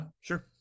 Sure